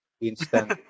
Instant